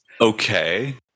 okay